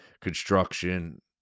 construction